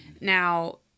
Now